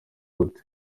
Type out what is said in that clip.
gute